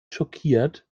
schockiert